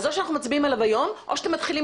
או שאנחנו מצביעים עליו היום או שאתם מתחילים